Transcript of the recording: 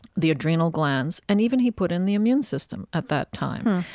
the adrenal glands, and even he put in the immune system at that time.